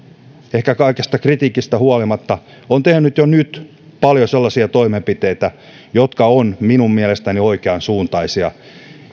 ehkä kaikesta kritiikistä huolimatta on tehnyt jo nyt paljon sellaisia toimenpiteitä jotka ovat minun mielestäni oikeansuuntaisia